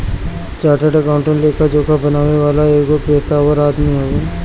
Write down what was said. chartered accountant लेखा जोखा बनावे वाला एगो पेशेवर आदमी हवे